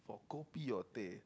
for kopi or teh